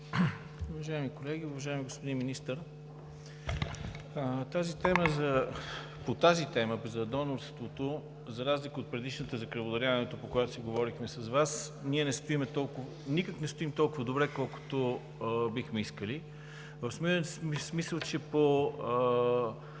Уважаеми колеги, уважаеми господин Министър! По темата за донорството, за разлика от предишната – за кръводаряването, по която си говорихме с Вас, ние никак не спим толкова добре, колкото бихме искали. В смисъл, че по